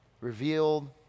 Revealed